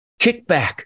kickback